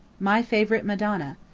my favorite madonna.